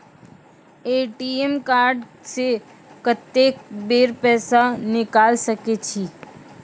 ATM card से कत्तेक बेर पैसा निकाल सके छी?